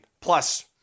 plus